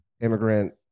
immigrant